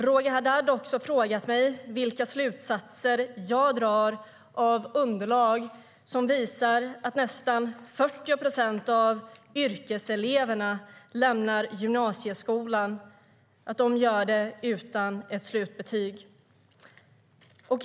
Roger Haddad har också frågat mig vilka slutsatser jag drar av underlag som visar att nästan 40 procent av yrkeseleverna som lämnar gymnasieskolan gör det utan ett slutbetyg.